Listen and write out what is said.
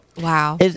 Wow